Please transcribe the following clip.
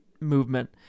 movement